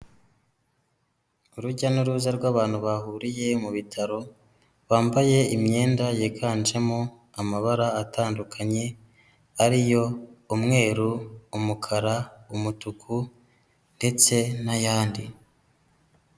Urujya n'uruza rw'abantu bahuriye mu bitaro, bambaye imyenda yiganjemo amabara atandukanye ari yo umweru, umukara, umutuku ndetse n'ayandi.